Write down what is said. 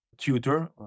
tutor